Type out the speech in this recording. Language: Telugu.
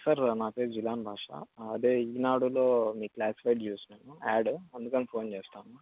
సార్ నా పేరు జిలాన్ భాషా అదే ఈనాడులో మీ క్లాసిఫైడ్ చూసాను యాడ్ అందుకని ఫోన్ చేసాను